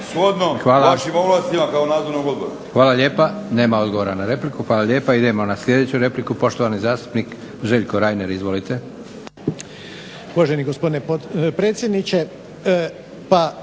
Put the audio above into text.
shodno vašim ovlastima kao nadzornog odbora?